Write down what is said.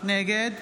נגד